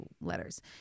letters